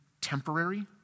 temporary